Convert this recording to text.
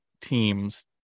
teams